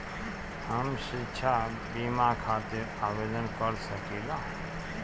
हम शिक्षा बीमा खातिर आवेदन कर सकिला?